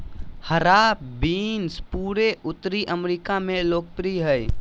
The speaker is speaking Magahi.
हरा बीन्स पूरे उत्तरी अमेरिका में लोकप्रिय हइ